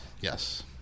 Yes